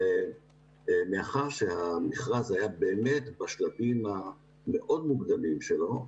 ומאחר שהמכרז היה באמת בשלבים המאוד מוקדמים שלו,